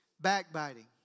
backbiting